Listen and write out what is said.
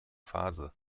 phase